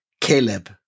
Caleb